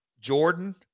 Jordan